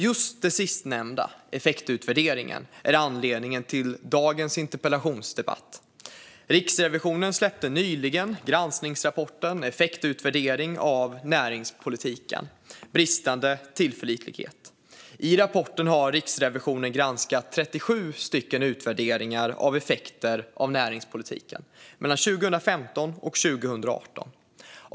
Just det sistnämnda, effektutvärderingen, är anledningen till dagens interpellationsdebatt. Riksrevisionen släppte nyligen granskningsrapporten Effektutvärderingar av näringspolitiken - bristande tillförlitlighet . I rapporten har Riksrevisionen granskat 37 utvärderingar av effekter av näringspolitiken mellan 2015 och 2018.